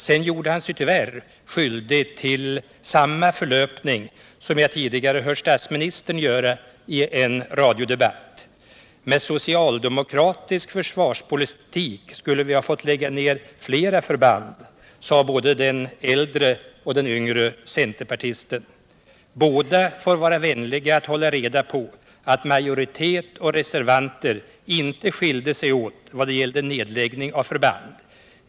Sedan gjorde han sig tyvärr skyldig till samma förlöpning som jag har hört statsministern göra i en radiodebatt. ”Med socialdemokratisk försvarspolitik skulle vi ha fått lägga ned flera förband”, sade både den äldre och den yngre centerpartisten. Båda får vara vänliga att hålla reda på att majoritet och reservanter inte skiljer sig åt vad gäller nedläggning av förband.